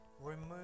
remove